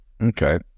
okay